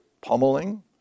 pummeling